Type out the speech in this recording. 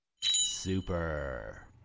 Super